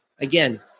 again